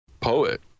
poet